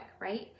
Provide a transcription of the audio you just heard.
right